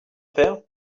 père